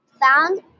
found